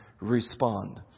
respond